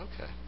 Okay